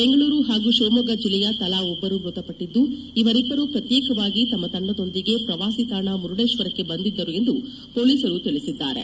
ಬೆಂಗಳೂರು ಹಾಗೂ ಶಿವಮೊಗ್ಗ ಜಿಲ್ಲೆಯ ತಲಾ ಒಬ್ಬರು ಮೃತಪಟ್ಟಿದ್ದು ಇವರಿಬ್ಬರು ಪ್ರತ್ಯೇಕವಾಗಿ ತಮ್ಮ ತಂಡದೊಂದಿಗೆ ಪ್ರವಾಸಿ ತಾಣ ಮುರುಡೇಶ್ವರಕ್ಕೆ ಬಂದಿದ್ದರು ಎಂದು ಪೊಲೀಸರು ತಿಳಿಸಿದ್ದಾರೆ